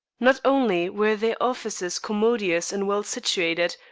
not only were their offices commodious and well situated,